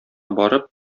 барып